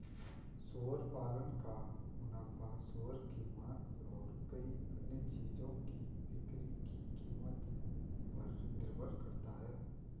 सुअर पालन का मुनाफा सूअर के मांस और कई अन्य चीजों की बिक्री की कीमत पर निर्भर करता है